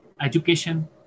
education